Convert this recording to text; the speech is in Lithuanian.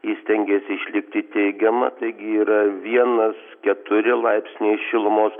ji stengiasi išlikti teigiama taigi yra vienas keturi laipsniai šilumos